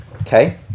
okay